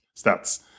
stats